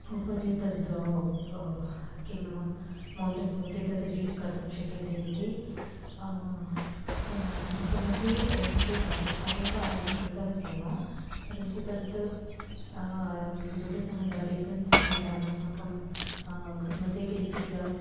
उपरि तत् किं मौण्टेन् भवति तत् रीच् कर्तुं शक्यते इति प अस्माकमपि वयमपि प्रातःकाले एव आरम्भं कृतवत्यः परन्तु तत् due to some other reasons अनन्तरम् अस्माकं ग्रुप् मध्ये किञ्चित्